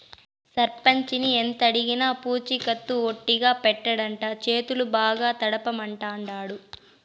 సర్పంచిని ఎంతడిగినా పూచికత్తు ఒట్టిగా పెట్టడంట, చేతులు బాగా తడపమంటాండాడు